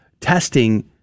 testing